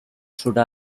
through